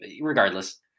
regardless